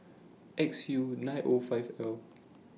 X U nine O five L